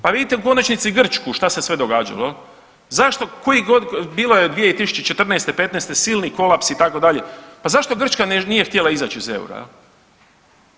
Pa vidite u konačnici Grčku šta se sve događalo, zašto, koji god bilo je 2104.-'15. silni kolaps itd., pa zato Grčka nije htjela izaći iz EUR-a.